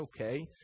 okay